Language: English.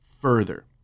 further